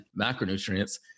macronutrients